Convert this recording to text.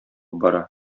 бара